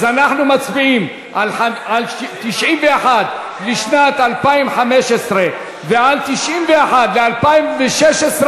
אז אנחנו מצביעים על 91 לשנת 2015 ועל 91 ל-2016,